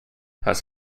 has